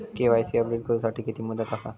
KYC update करू साठी किती मुदत आसा?